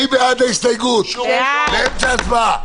מי בעד ההסתייגות, מי נגד, הצבעה.